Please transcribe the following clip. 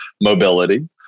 mobility